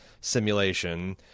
simulation